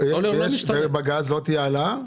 ולא תהיה עלייה בגז?